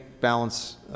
balance